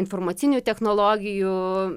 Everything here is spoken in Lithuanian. informacinių technologijų